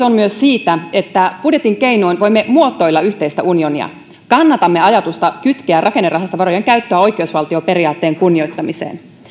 on myös siitä että budjetin keinoin voimme muotoilla yhteistä unionia kannatamme ajatusta kytkeä rakennerahastovarojen käyttöä oikeusvaltioperiaatteen kunnioittamiseen